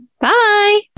Bye